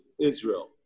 Israel